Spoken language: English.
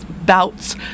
bouts